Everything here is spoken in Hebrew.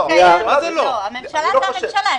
הממשלה זה הממשלה,